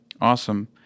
Awesome